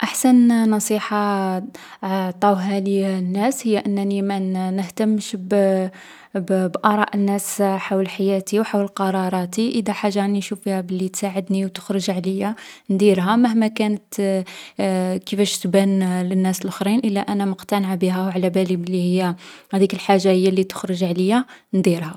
أحسن نصيحة عـ عطاوهالي الناس هي أنني ما نـ نهتمش بـ بـ بآراء الناس حول حياتي و حول قراراتي. إذا حاجة راني نشوف فيها بلي تساعدني و تخرج عليا، نديرها مهما كانت كيفاش تبان للناس لخرين. إلا أنا مقتنعة بيها و علابالي بلي هي هاذيك الحاجة هي لي تخرج عليا نديرها.